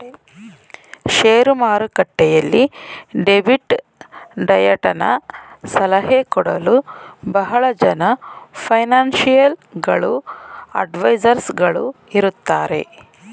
share ಮಾರುಕಟ್ಟೆಯಲ್ಲಿ debit ಡಯಟನ ಸಲಹೆ ಕೊಡಲು ಬಹಳ ಜನ ಫೈನಾನ್ಸಿಯಲ್ ಗಳು ಅಡ್ವೈಸರ್ಸ್ ಗಳು ಇರುತ್ತಾರೆ